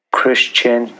Christian